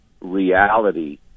reality